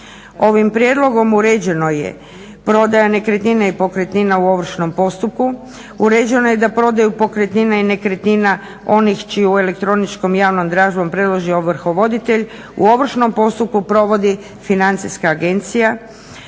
Ovim prijedlogom uređeno je prodaja nekretnina i pokretnina u ovršnom postupku, uređeno je da prodaju pokretnina i nekretnina onih čiji u elektroničkom javnom dražbom predloži ovrhovoditelj u ovršnom postupku provodi Financijska agencija.